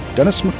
Dennis